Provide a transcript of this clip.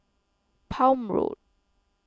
Palm Road